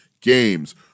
games